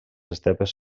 estepes